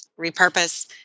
repurpose